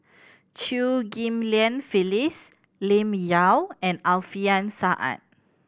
Chew Ghim Lian Phyllis Lim Yau and Alfian Sa'at